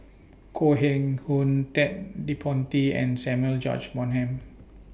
Koh Eng Hoon Ted De Ponti and Samuel George Bonham